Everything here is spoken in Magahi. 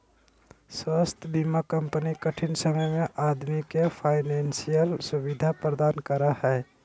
स्वास्थ्य बीमा कंपनी कठिन समय में आदमी के फाइनेंशियल सुविधा प्रदान करा हइ